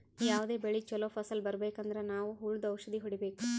ಯಾವದೇ ಬೆಳಿ ಚೊಲೋ ಫಸಲ್ ಬರ್ಬೆಕ್ ಅಂದ್ರ ನಾವ್ ಹುಳ್ದು ಔಷಧ್ ಹೊಡಿಬೇಕು